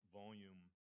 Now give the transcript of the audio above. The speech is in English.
volume